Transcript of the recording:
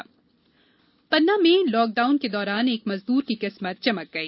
हीरा पन्ना में लॉकडाउन के दौरान एक मजदूर की किस्मत चमक गई